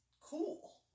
Cool